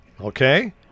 Okay